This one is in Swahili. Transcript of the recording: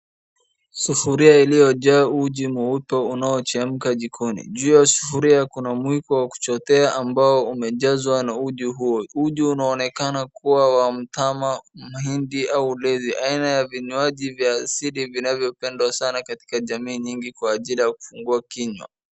Sufuria iliyojaa uji mweupe unaochemka jikoni. Juu ya sufuria kuna mwiko wa kuchotea ambao umejazwa na uji huo. Uji unaonekana kuwa wa mtama, mahindi au levia . Aina ya vinywaji vya asili vinavyopendwa sana katika jamiii nyingi kwa ajili ya kufungua kinywa.